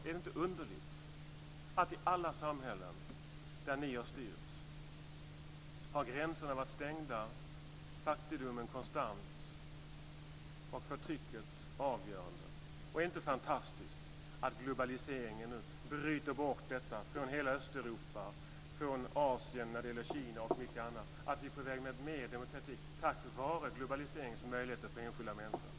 Är det inte underligt att i alla samhällen där ni har styrt har gränserna varit stängda, fattigdomen konstant och förtrycket avgörande? Är det inte fantastiskt att globaliseringen nu bryter bort detta från hela Östeuropa och Asien när det gäller Kina? Nu är vi på väg mot mer demokrati tack vare att globaliseringen ger möjligheter åt enskilda människor.